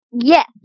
Yes